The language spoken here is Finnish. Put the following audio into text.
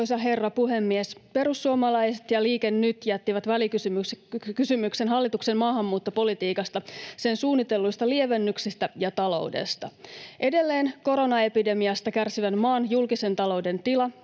Arvoisa herra puhemies! Perussuomalaiset ja Liike Nyt jättivät välikysymyksen hallituksen maahanmuuttopolitiikasta, sen suunnitelluista lievennyksistä ja taloudesta. Edelleen koronaepidemiasta kärsivän maan julkisen talouden tila,